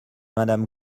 madame